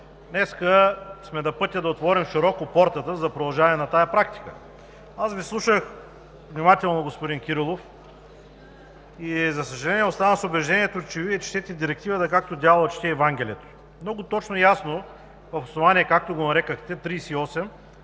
Днес сме на пътя да отворим широко портата за продължаване на тази практика. Аз Ви слушах внимателно, господин Кирилов и, за съжаление, останах с убеждението, че Вие четете Директивата, както дяволът чете Евангелието. Много точно и ясно в основание, както го нарекохте, 38